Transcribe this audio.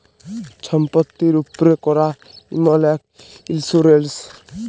ছম্পত্তির উপ্রে ক্যরা ইমল ইক ইল্সুরেল্স